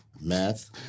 Math